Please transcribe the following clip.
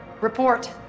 Report